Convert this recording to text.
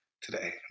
today